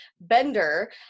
bender